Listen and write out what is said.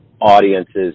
audiences